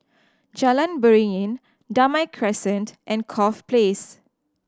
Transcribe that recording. Jalan Beringin Damai Crescent and Corfe Place